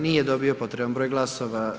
Nije dobio potreban broj glasova.